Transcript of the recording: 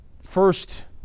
First